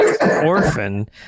orphan